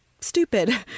stupid